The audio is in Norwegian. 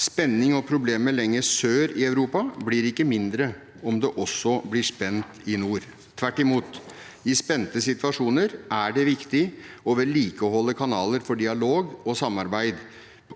Spenning og problemer lenger sør i Europa blir ikke mindre om det også blir spent i nord. Tvert imot – i spente situasjoner er det viktig å vedlikeholde kanaler for dialog og samarbeid